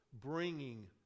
bringing